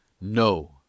no